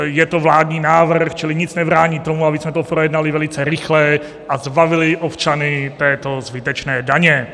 Je to vládní návrh, čili nic nebrání tomu, abychom to projednali velice rychle a zbavili občany této zbytečné daně.